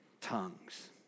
tongues